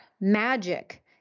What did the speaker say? magic